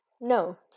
No